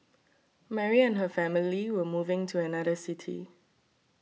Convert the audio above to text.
Mary and her family were moving to another city